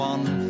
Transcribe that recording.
One